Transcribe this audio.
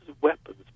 weapons